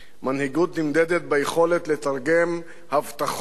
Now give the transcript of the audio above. מנהיגות נמדדת ביכולת לתרגם הבטחות